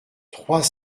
trois